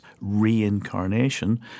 Reincarnation